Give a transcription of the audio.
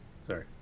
Sorry